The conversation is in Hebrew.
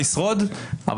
ומיליוני ישראלים פטריוטים,